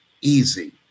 easy